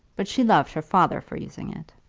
but she loved her father for using it.